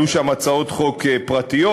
עלו שם הצעות חוק פרטיות,